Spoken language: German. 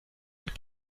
und